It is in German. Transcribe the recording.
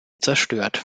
zerstört